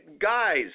guys